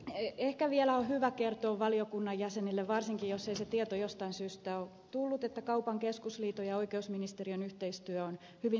ehkä vielä on hyvä kertoa valiokunnan jäsenille varsinkin jos ei se tieto jostain syystä ole tullut että kaupan keskusliiton ja oikeusministeriön yhteistyö on hyvin toimivaa